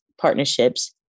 partnerships